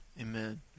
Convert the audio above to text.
Amen